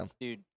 Dude